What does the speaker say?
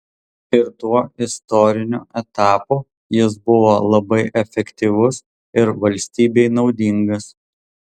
ir tuo istoriniu etapu jis buvo labai efektyvus ir valstybei naudingas